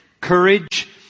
courage